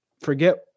Forget